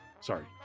Sorry